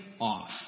off